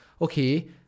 okay